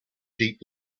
deep